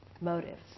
motives